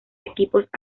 equipos